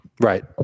Right